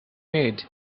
made